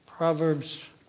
Proverbs